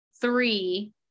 three